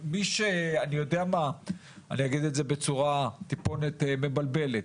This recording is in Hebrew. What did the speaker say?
אני אגיד את זה בצורה טיפונת מבלבלת,